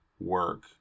work